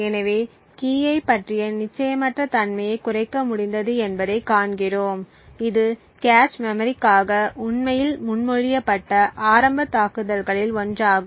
எனவே கீயைப் பற்றிய நிச்சயமற்ற தன்மையைக் குறைக்க முடிந்தது என்பதைக் காண்கிறோம் இது கேச் மெமரிக்காக உண்மையில் முன்மொழியப்பட்ட ஆரம்ப தாக்குதல்களில் ஒன்றாகும்